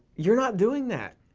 you're not doing that.